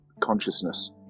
consciousness